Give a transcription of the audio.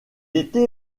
était